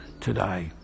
today